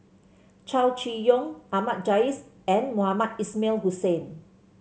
Chow Chee Yong Ahmad Jais and Mohamed Ismail Hussain